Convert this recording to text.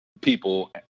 people